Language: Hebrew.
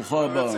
ברוכה הבאה.